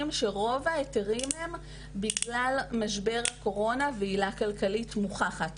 שרוב ההיתרים הם בגלל משבר הקורונה ועילה כלכלית מוכחת.